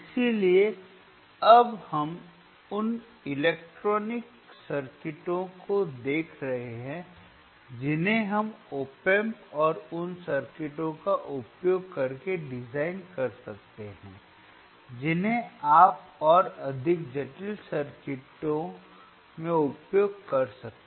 इसलिए अब हम उन इलेक्ट्रॉनिक सर्किटों को देख रहे हैं जिन्हें हम op amp और उन सर्किटों का उपयोग करके डिज़ाइन कर सकते हैं जिन्हें आप और अधिक जटिल सर्किटों में उपयोग कर सकते हैं